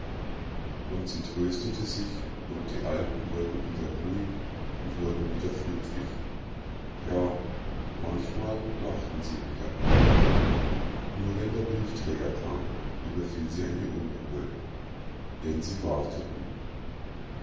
und sie tröstete sich und die alten wurden wieder ruhig und wurden wieder friedlich ja manchmal lachten sie wieder nur wenn der briefträger kam überfiel sie eine unruhe denn sie warteten